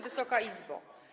Wysoka Izbo!